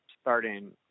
starting